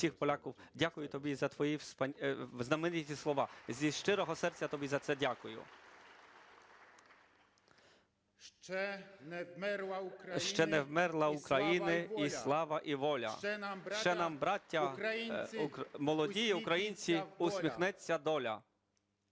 всіх поляків. Дякую тобі за твої знамениті слова. Зі щирого серця тобі за це дякую. "Ще не вмерла України і слава, і воля. Ще нам, браття молодії українці, усміхнеться доля".